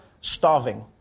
Starving